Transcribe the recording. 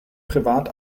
privat